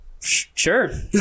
sure